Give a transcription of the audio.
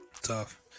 tough